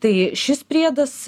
tai šis priedas